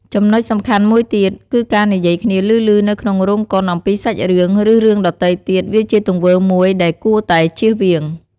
ចំនុចសំខាន់មួយទៀត គឺការនិយាយគ្នាឮៗនៅក្នុងរោងកុនអំពីសាច់រឿង ឬរឿងដទៃទៀត វាជាទង្វើមួយដែលគួរតែជៀសវាង។